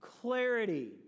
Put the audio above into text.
clarity